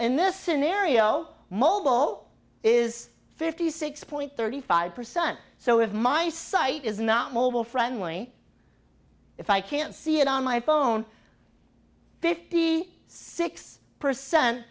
in this scenario mobile is fifty six point thirty five percent so if my site is not mobile friendly if i can't see it on my phone fifty six percent